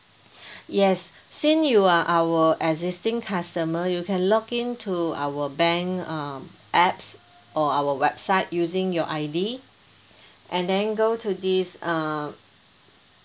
yes since you are our existing customer you can log in to our bank um apps or our website using your I_D and then go to this uh